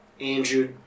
Andrew